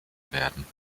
werden